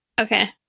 Okay